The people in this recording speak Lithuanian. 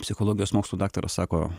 psichologijos mokslų daktaras sako